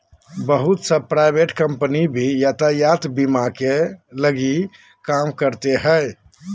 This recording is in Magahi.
बहुत सा प्राइवेट कम्पनी भी यातायात बीमा के लगी काम करते हइ